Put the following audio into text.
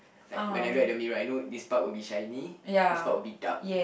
like when I look at the mirror I know this part will be shiny this part will be dark